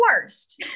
worst